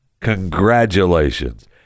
congratulations